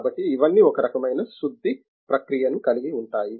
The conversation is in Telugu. కాబట్టి ఇవన్నీ ఒక రకమైన శుద్ధి ప్రక్రియను కలిగి ఉంటాయి